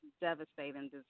devastating